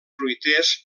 fruiters